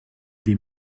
des